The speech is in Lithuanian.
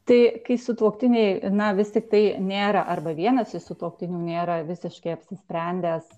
tai kai sutuoktiniai na vis tik tai nėra arba vienas iš sutuoktinių nėra visiškai apsisprendęs